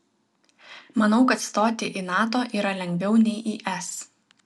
manau kad stoti į nato yra lengviau nei į es